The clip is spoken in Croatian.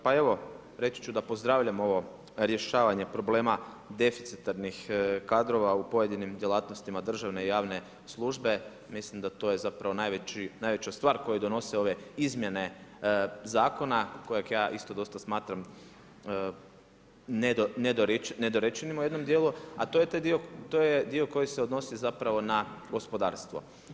Pa evo reći ću da pozdravljam ovo rješavanje problema deficitarnih kadrova u pojedinim djelatnostima državne i javne službe, mislim da je to zapravo najveća stvar koju donose ove izmjene zakona kojeg ja isto dosta smatram nedorečenim u jednom djelu, a to je taj dio koji se odnosi zapravo na gospodarstvo.